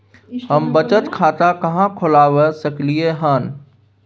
हम बचत खाता कहाॅं खोलवा सकलिये हन?